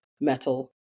metal